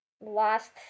last